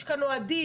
יש כאן אוהדים,